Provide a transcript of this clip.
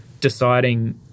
deciding